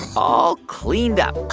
all cleaned up